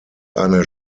eine